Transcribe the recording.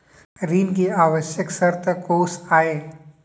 ऋण के आवश्यक शर्तें कोस आय?